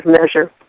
measure